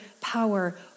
power